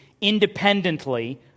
independently